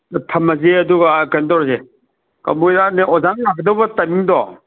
ꯊꯝꯂꯁꯤ ꯑꯗꯨꯒ ꯀꯩꯅꯣ ꯇꯧꯔꯁꯦ ꯑꯣꯖꯥꯅ ꯂꯥꯛꯀꯗꯕ ꯇꯥꯏꯝꯃꯤꯡꯗꯣ